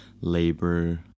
labor